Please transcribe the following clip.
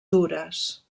dures